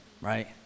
Right